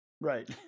Right